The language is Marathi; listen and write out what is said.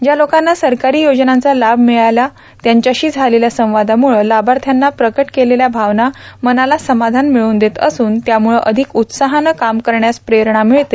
ज्या लोकांना सरकारी योजनांचा लाभ मिळाला त्यांच्याशी झालेल्या संवादाम्रळं लाभार्थ्यानी प्रकट केलेल्या भावना मनाला समाधान मिळवून देत असून त्यामुळं अधिक उत्साहानं काम करण्यास प्रेरणा मिळत असते